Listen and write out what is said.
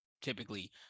typically